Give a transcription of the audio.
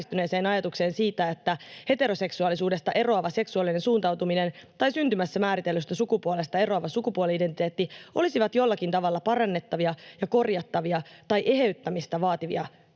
että heteroseksuaalisuudesta eroava seksuaalinen suuntautuminen tai syntymässä määritellystä sukupuolesta eroava sukupuoli-identiteetti olisivat jollakin tavalla parannettavia ja korjattavia tai eheyttämistä vaativia ominaisuuksia.